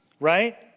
right